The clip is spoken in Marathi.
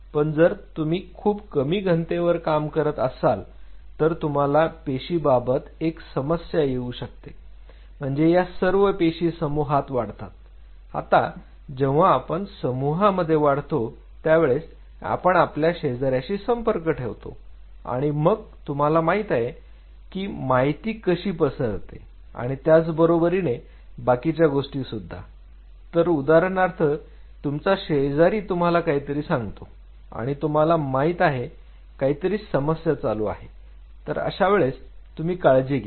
पण जर तुम्ही खूप कमी घनतेवर काम करत असाल तर तुम्हाला पेशीबाबत एक समस्या येऊ शकते म्हणजे या सर्व पेशी समूहात वाढतात आता जेव्हा आपण समूहामध्ये वाढतो त्यावेळेस आपण आपल्या शेजार्याशी संपर्क ठेवतो आणि मग तुम्हाला माहित आहे की माहिती कशी पसरते आणि त्याचबरोबरीने बाकीच्या गोष्टी सुद्धा तर उदाहरणार्थ तुमचा शेजारी तुम्हाला काहीतरी सांगतो आणि तुम्हाला माहित आहे काहीतरी समस्या चालू आहे तर अशा वेळेस तुम्ही काळजी घ्या